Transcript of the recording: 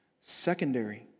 Secondary